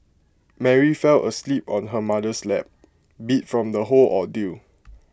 Mary fell asleep on her mother's lap beat from the whole ordeal